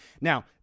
Now